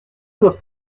doivent